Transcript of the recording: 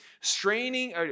straining